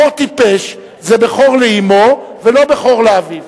בכור טיפש הוא בכור לאמו, ולא בכור לאביו,